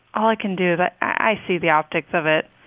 all i can do but i see the optics of it.